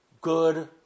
good